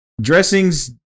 dressings